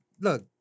Look